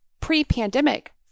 Pre-pandemic